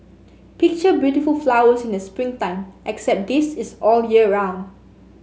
picture beautiful flowers in the spring time except this is all year round